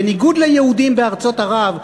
בניגוד ליהודים מארצות ערב,